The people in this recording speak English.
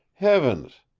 heavens!